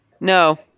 No